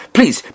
Please